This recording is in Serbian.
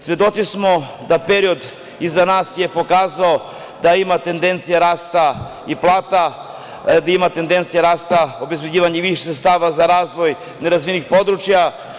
Svedoci smo da period iza nas je pokazao da ima tendencija rasta i plata, da ima tendencija rasta obezbeđivanja više sredstava za razvoj nerazvijenih područja.